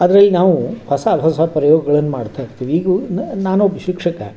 ಆದ್ರೆ ಇಲ್ಲಿ ನಾವು ಹೊಸ ಹೊಸ ಪ್ರಯೋಗಗಳನ್ನು ಮಾಡ್ತಾ ಇರ್ತೀವಿ ಈಗ್ಲೂ ನಾನೊಬ್ಬ ಶಿಕ್ಷಕ